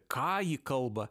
ką ji kalba